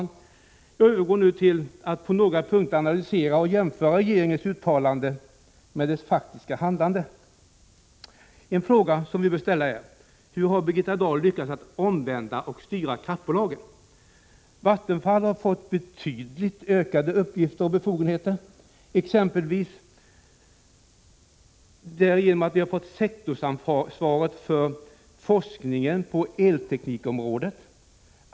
Jag övergår nu till att på några punkter analysera och jämföra regeringens uttalanden med dess faktiska handlande. En fråga som bör ställas är: Hur har Birgitta Dahl lyckats att omvända och styra kraftbolagen? Vattenfall har fått betydligt ökade uppgifter och befogenheter. Exempel på det är att Vattenfall har fått ett sektorsansvar för forskningen på elteknikområdet.